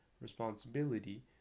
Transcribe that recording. responsibility